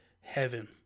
heaven